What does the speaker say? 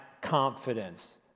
confidence